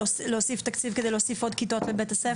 להוסיף עוד תקציב כדי להוסיף כיתות בבית הספר?